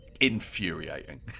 infuriating